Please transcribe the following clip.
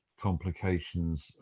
complications